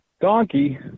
donkey